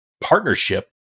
partnership